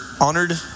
honored